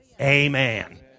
amen